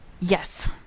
Yes